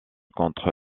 contre